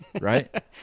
right